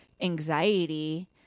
anxiety